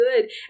good